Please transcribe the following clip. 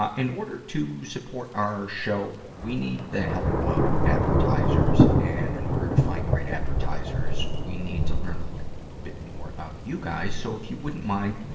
ah in order to support our show, we need the help of advertisers. and in order to find great advertisers, we need to learn a little bit more about you guys. so, if you wouldn't mind,